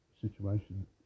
situation